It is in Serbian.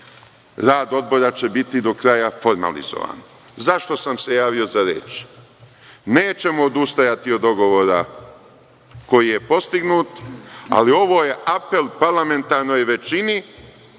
rad odbora će biti do kraja formalizovan.Zašto sam se javio za reč? Nećemo odustajati od dogovora koji je postignut, ali ovo je apel parlamentarnoj većini